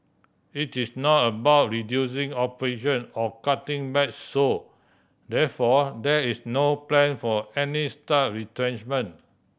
it is not about reducing operation or cutting back so therefore there is no plan for any staff retrenchment